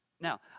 Now